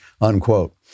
unquote